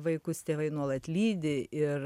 vaikus tėvai nuolat lydi ir